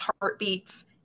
heartbeats